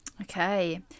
Okay